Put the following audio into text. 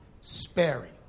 sparing